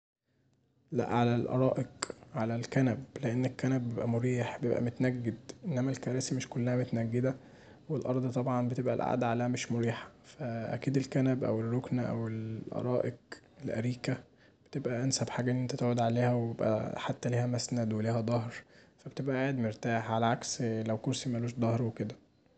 لأ علي الآرائك، علي الكنب، لأن الكنب بيبقي مريح، بيبقي متنجد انما الكراسي مش كلها متنجده والارض طبعا القعده بتبقي عليها مش مريحه فأكيد الكنب أو الركنه او الأرائك الأريكه بتبقي انسب حاجه ان انت تقعد عليها حتي ليها مسند وليها ضهر فبتبقي قاعد مرتاح، علي عكس كرسي ملوش ضهر وكدا.